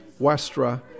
westra